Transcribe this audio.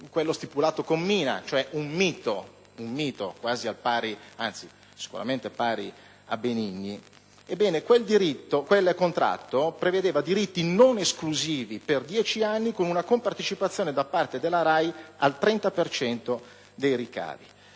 quello stipulato con Mina, un mito sicuramente pari a Benigni: ebbene, quel contratto prevedeva diritti non esclusivi per dieci anni con una compartecipazione da parte della RAI al 30 per cento